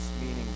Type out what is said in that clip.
meaning